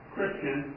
Christian